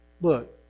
look